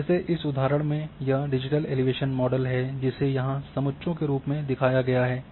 जैसे इस उदाहरण में यह डिजिटल एलिवेशन मॉडल है जिसे यहां समुच्चों के रूप में दिखाया गया है